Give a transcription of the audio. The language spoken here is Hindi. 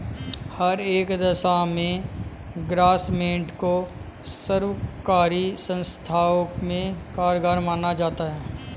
हर एक दशा में ग्रास्मेंट को सर्वकारी संस्थाओं में कारगर माना जाता है